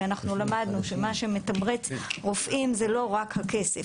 כי אנחנו למדנו שמה שמתמרץ רופאים זה לא רק הכסף,